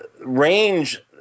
range –